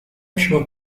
общего